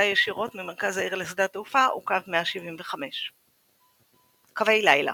ישירות ממרכז העיר לשדה התעופה הוא קו 175. קווי לילה